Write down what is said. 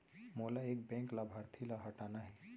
मोला एक बैंक लाभार्थी ल हटाना हे?